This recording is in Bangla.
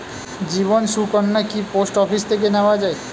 জীবন সুকন্যা কি পোস্ট অফিস থেকে নেওয়া যায়?